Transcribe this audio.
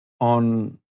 on